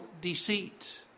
deceit